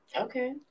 Okay